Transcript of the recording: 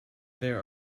there